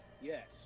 Yes